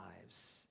lives